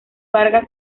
vargas